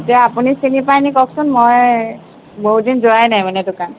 এতিয়া আপুনি চিনি পাই নেকি কওকচোন মই বহুত দিন যোৱাই নাই মানে দোকান